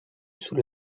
sous